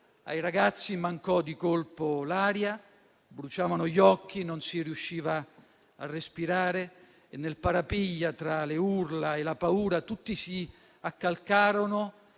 Ai ragazzi mancò di colpo l'aria. Bruciavano gli occhi, non si riusciva a respirare e nel parapiglia, tra le urla e la paura, tutti si accalcarono